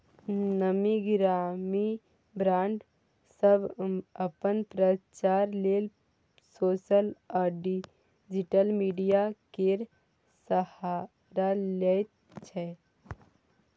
नामी गिरामी ब्राँड सब अपन प्रचार लेल सोशल आ डिजिटल मीडिया केर सहारा लैत छै